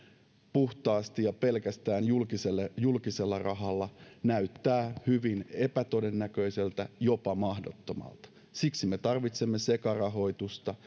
puhtaasti ja pelkästään julkisella julkisella rahalla näyttää hyvin epätodennäköiseltä jopa mahdottomalta siksi me tarvitsemme sekarahoitusta